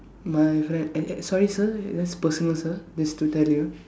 my friend uh uh sorry sir that's personal sir just to tell you